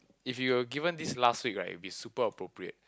if you were given this last week right it will be super appropriate